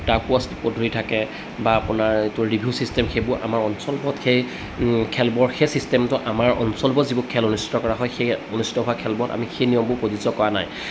ধৰি থাকে বা আপোনাৰ এইটো ৰিভিউ চিষ্টেম সেইবোৰ আমাৰ অঞ্চলবোৰত সেই খেলবোৰ সেই চিষ্টেমটো আমাৰ অঞ্চলবোৰত যিবোৰ খেল অনুষ্ঠিত কৰা হয় সেই অনুষ্ঠিত হোৱা খেলবোৰত আমি সেই নিয়মবোৰ প্ৰযোজ্য কৰা নাই